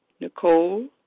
Nicole